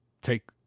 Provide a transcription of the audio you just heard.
take